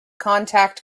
contact